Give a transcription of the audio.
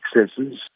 successes